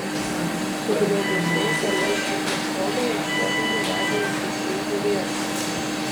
ugniagesiai toliau ardė stogą ieškodami dar neužgesintų vietų